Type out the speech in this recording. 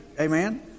Amen